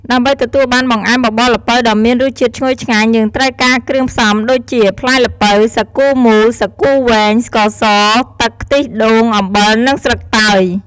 ដើម្បីទទួលបានបង្អែមបបរល្ពៅដ៏មានរសជាតិឈ្ងុយឆ្ងាញ់ យើងត្រូវការគ្រឿងផ្សំដូចជា ផ្លែល្ពៅ សាគូមូល សាគូវែង ស្ករស ទឹក ខ្ទិះដូង អំបិល និងស្លឹកតើយ។